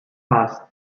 passed